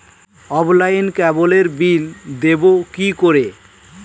অফলাইনে ক্যাবলের বিল দেবো কি করে?